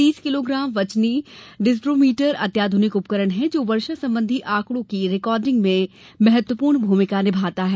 तीस किलोग्राम वजनी डिसड्रोमीटर अत्याधुनिक उपकरण है जो वर्षा संबंधी आंकड़ों की रिकॉर्डिंग में अहम भूमिका निमाता है